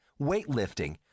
weightlifting